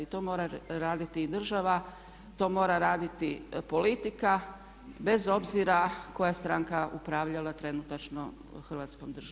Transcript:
I to mora raditi i država, to mora raditi politika bez obzira koja stranka upravljala trenutačno Hrvatskom državom.